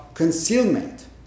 concealment